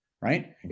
right